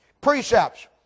precepts